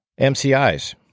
mcis